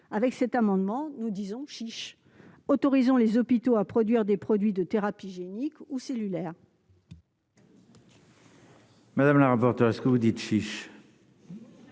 avec cet amendement, nous disons chiche autorisant les hôpitaux à produire des produits de thérapies géniques ou cellulaires.